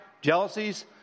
jealousies